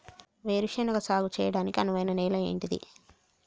వేరు శనగ సాగు చేయడానికి అనువైన నేల ఏంటిది?